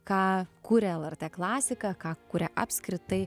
ką kuria lrt klasika ką kuria apskritai